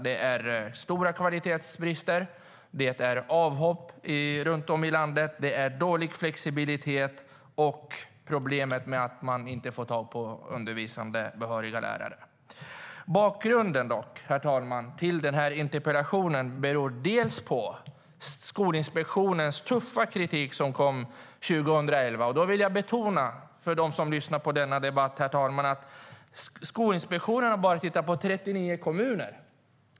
Det är stora kvalitetsbrister, det är avhopp runt om i landet, det är dålig flexibilitet och det är problem med att man inte får tag i undervisande behöriga lärare. Bakgrunden till interpellationen, herr talman, är delvis Skolinspektionens tuffa kritik som kom 2011. Då vill jag betona för dem som lyssnar på denna debatt att Skolinspektionen bara har tittat på 39 kommuner.